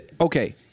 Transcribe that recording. okay